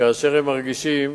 כאשר הם מרגישים